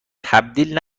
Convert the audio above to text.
تبدیل